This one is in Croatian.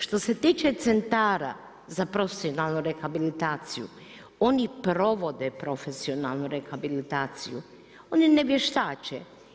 Što se tiče centara za profesionalnu rehabilitaciju oni provode profesionalnu rehabilitaciju, oni ne vještače.